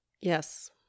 Yes